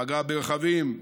פגע ברכבים,